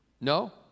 No